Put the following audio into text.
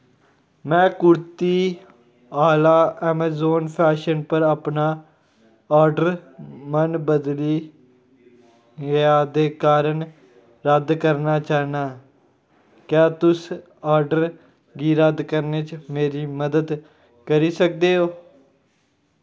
मैं कुर्ती आह्ला अमेजान फैशन पर अपना आर्डर मन बदली गेआ दे कारण रद्द करना चाह्न्नां क्या तुस आर्डर गी रद्द करने च मेरी मदद करी सकदे ओ